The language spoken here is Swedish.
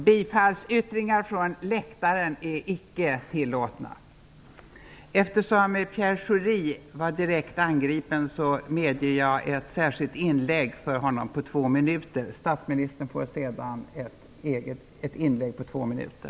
Bifallsyttringar från läktaren är icke tillåtna. Eftersom Pierre Schori blev direkt angripen medger jag ett särskilt inlägg från honom på två minuter. Statsministern får sedan ett inlägg på två minuter.